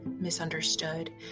misunderstood